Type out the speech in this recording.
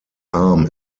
arm